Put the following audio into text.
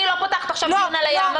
אני לא פותחת עכשיו דיון על הים.